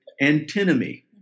antinomy